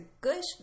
good